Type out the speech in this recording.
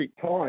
time